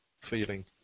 feeling